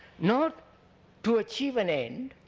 not to achieve an end,